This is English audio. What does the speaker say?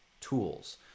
tools